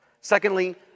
Secondly